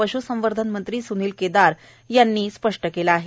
पश्संवर्धन मंत्री स्नील केदार यांनी स्पष्ट केलं आहे